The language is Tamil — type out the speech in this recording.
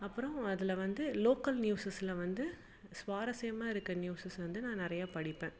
அப்புறம் அதில் வந்து லோக்கல் நியூசஸில் வந்து சுவாரஸ்யமாக இருக்க நியூசஸை வந்து நான் நிறையா படிப்பேன்